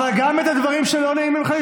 אבל למה הוא משקר?